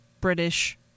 British